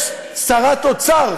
יש שרת אוצר,